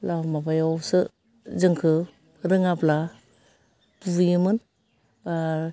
ला माबायावसो जोंखौ रोङाब्ला बुयोमोन बाह